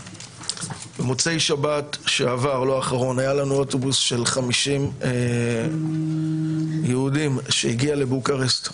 במוצאי שבת שעבר היה לנו אוטובוס של 50 יהודים שהגיעו לבוקרשט,